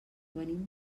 venim